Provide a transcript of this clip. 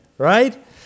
Right